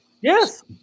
yes